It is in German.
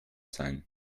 sein